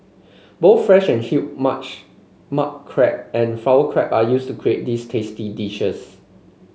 both fresh and huge much mud crab and flower crab are used to create these tasty dishes